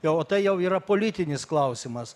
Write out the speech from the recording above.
jau o tai jau yra politinis klausimas